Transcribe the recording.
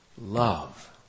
love